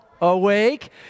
awake